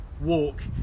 walk